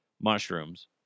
mushrooms